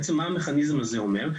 אז בעצם מה המכניזם הזה אומר?